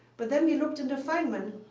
but then we looked into feynman,